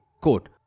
quote